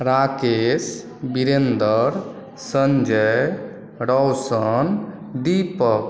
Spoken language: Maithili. राकेश वीरेन्द्र सञ्जय रौशन दीपक